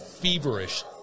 feverish